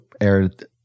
aired